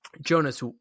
Jonas